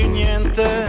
niente